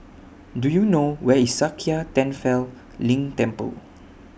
Do YOU know Where IS Sakya Tenphel Ling Temple